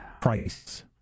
price